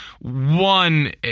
one